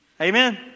Amen